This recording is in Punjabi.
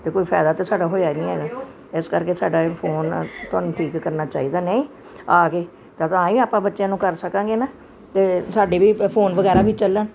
ਅਤੇ ਕੋਈ ਫ਼ਾਇਦਾ ਤਾਂ ਸਾਡਾ ਹੋਇਆ ਨਹੀਂ ਹੈਗਾ ਇਸ ਕਰਕੇ ਸਾਡਾ ਇਹ ਫੋਨ ਤੁਹਾਨੂੰ ਠੀਕ ਕਰਨਾ ਚਾਹੀਦਾ ਨਹੀਂ ਆ ਕੇ ਤ ਤਾਂ ਹੀ ਆਪਾਂ ਬੱਚਿਆਂ ਨੂੰ ਕਰ ਸਕਾਂਗੇ ਨਾ ਅਤੇ ਸਾਡੇ ਵੀ ਫੋਨ ਵਗੈਰਾ ਵੀ ਚੱਲਣ